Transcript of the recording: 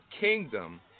kingdom